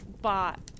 bought